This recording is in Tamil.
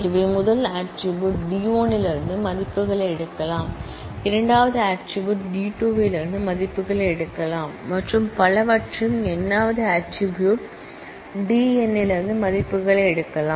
எனவே முதல் ஆட்ரிபூட் D 1 இலிருந்து மதிப்புகளை எடுக்கலாம் இரண்டாவது ஆட்ரிபூட்D 2 இலிருந்து மதிப்புகளை எடுக்கலாம் மற்றும் பலவற்றையும் n வது ஆட்ரிபூட்D n இலிருந்து மதிப்புகளை எடுக்கலாம்